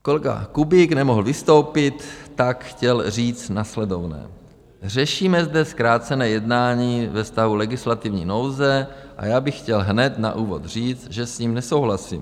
Kolega Kubík nemohl vystoupit, tak chtěl říct následovné: Řešíme zde zkrácené jednání ve stavu legislativní nouze a já bych chtěl hned na úvod říct, že s ním nesouhlasím.